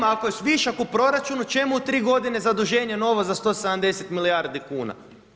Ako je višak u proračunu, čemu 3 g. zaduženje novo za 170 milijardi kuna.